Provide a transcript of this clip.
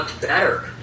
better